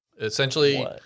essentially